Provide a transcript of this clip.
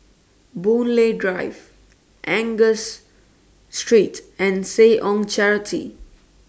Boon Lay Drive Angus Street and Seh Ong Charity